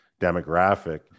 demographic